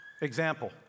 Example